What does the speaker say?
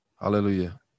Hallelujah